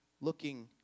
looking